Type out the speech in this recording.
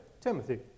Timothy